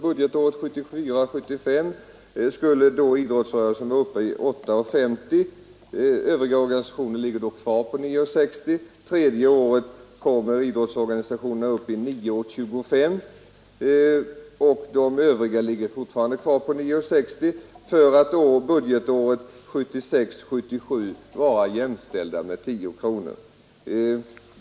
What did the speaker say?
Budgetåret 1974 77 blir idrottsorganisationerna slutligen jämställda med övriga ungdomsorganisationer och får 10 kronor.